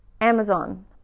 Amazon